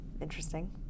interesting